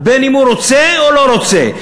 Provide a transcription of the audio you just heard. אם הוא רוצה או לא רוצה.